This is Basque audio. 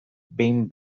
behin